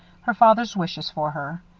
her father's wishes for her.